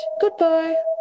goodbye